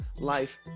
life